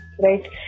right